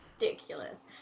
Ridiculous